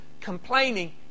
complaining